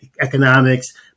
economics